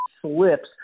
slips